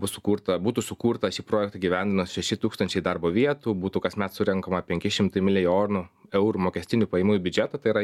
bus sukurta būtų sukurta šį projektą įgyvendinus šeši tūkstančiai darbo vietų būtų kasmet surenkama penki šimtai milijonų eurų mokestinių pajamų į biudžetą tai yra